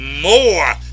more